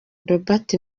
robert